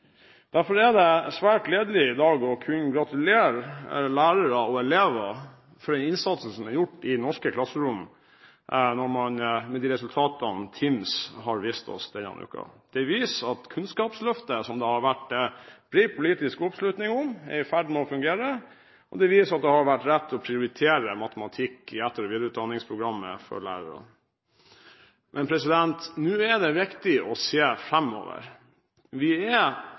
Derfor er det svært gledelig i dag å kunne gratulere lærere og elever med den innsatsen som er gjort i norske klasserom, slik resultatene fra TIMSS har vist oss denne uken. Det viser at Kunnskapsløftet som det har vært bred politisk oppslutning om, er i ferd med å fungere, og det viser at det har vært rett å prioritere matematikk i etter- og videreutdanningsprogrammet for lærerne. Men nå er det viktig å se framover. Vi er